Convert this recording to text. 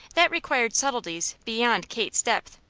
that required subtleties beyond kate's depth,